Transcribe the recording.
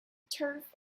turf